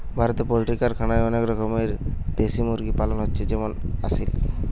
ভারতে পোল্ট্রি কারখানায় অনেক রকমের দেশি মুরগি পালন হচ্ছে যেমন আসিল